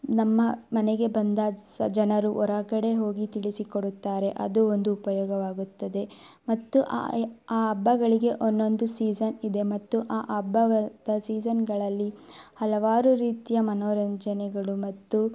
ನಮ್ಮ ಮನೆಗೆ ಬಂದ ಸ ಜನರು ಹೊರಗಡೆ ಹೋಗಿ ತಿಳಿಸಿಕೊಡುತ್ತಾರೆ ಅದು ಒಂದು ಉಪಯೋಗವಾಗುತ್ತದೆ ಮತ್ತು ಆ ಯಾ ಆ ಹಬ್ಬಗಳಿಗೆ ಒಂದೊಂದು ಸೀಝನ್ ಇದೆ ಮತ್ತು ಆ ಹಬ್ಬದ ಸೀಝನ್ನುಗಳಲ್ಲಿ ಹಲವಾರು ರೀತಿಯ ಮನೋರಂಜನೆಗಳು ಮತ್ತು